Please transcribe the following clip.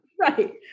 Right